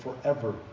forever